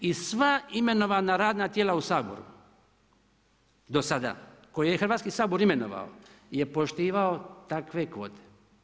I sva imenovana radna tijela u Saboru, do sada, koje je Hrvatski sabor imenovao, je poštivao takve kvote.